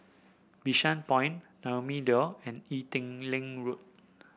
Bishan Point Naumi Liora and Ee Teow Leng Road